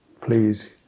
please